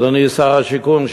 אדוני שר השיכון,